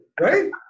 right